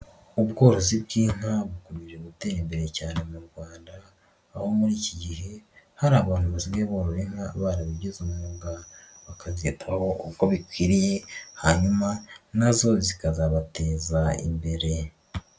Ubworozi bw'inka bukomeje gutera imbere cyane mu Rwanda aho muri iki gihe hari abantu basigaye borora inka barabigize umwuga bakabyitaho uko bikwiriye hanyuma na zo zikazabateza imbere.